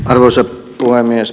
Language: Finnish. arvoisa puhemies